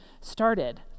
started